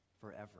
forever